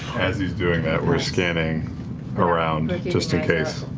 as he's doing that, we're scanning around, just in case.